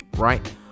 right